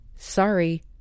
sorry